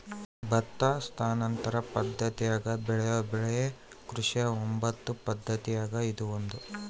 ಭತ್ತ ಸ್ಥಾನಾಂತರ ಪದ್ದತಿಯಾಗ ಬೆಳೆಯೋ ಬೆಳೆ ಕೃಷಿಯ ಒಂಬತ್ತು ಪದ್ದತಿಯಾಗ ಇದು ಒಂದು